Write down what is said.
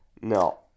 No